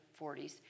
40s